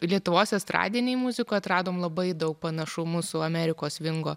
lietuvos estradinėj muzikoj atradom labai daug panašumų su amerikos svingo